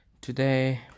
Today